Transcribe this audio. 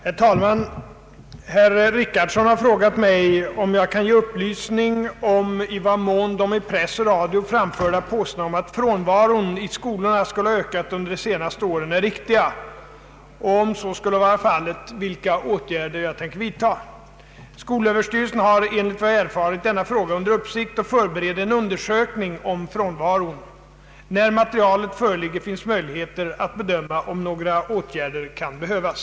Herr talman! Herr Richardson har frågat mig, om jag kan ge upplysning om i vad mån de i press och radio framförda påståendena om att frånvaron i skolorna skulle ha ökat under de senaste åren är riktiga och, om så skulle vara fallet, vilka åtgärder jag tänker vidta. Skolöverstyrelsen har enligt vad jag erfarit denna fråga under uppsikt och förbereder en undersökning om frånvaron. När materialet föreligger finns möjlighet att bedöma om några åtgärder kan behövas.